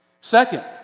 Second